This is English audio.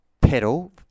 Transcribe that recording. pedal